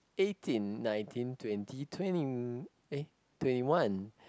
eighteen nineteen twenty twenty eh twenty one